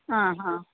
ಹಾಂ ಹಾಂ